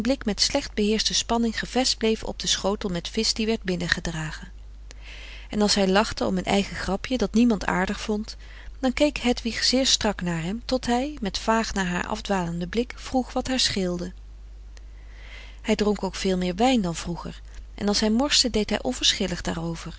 met slecht beheerschte spanning gevest bleef op den schotel met visch die werd binnengedragen en als hij lachte om een eigen grapje dat niemand aardig vond dan keek hedwig zeer strak naar hem tot hij met vaag naar haar afdwalenden blik vroeg wat haar scheelde hij dronk ook veel meer wijn dan vroeger en als hij morste deed hij onverschillig daarover